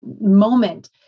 moment